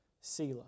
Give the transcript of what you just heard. Selah